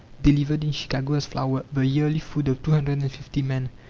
delivered in chicago as flour, the yearly food of two hundred and fifty men.